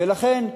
ולכן,